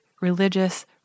religious